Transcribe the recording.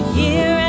year